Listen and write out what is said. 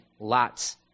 lots